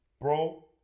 bro